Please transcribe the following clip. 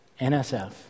NSF